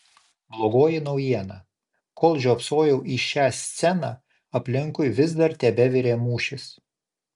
blogoji naujiena kol žiopsojau į šią sceną aplinkui vis dar tebevirė mūšis